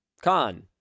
Con